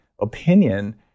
opinion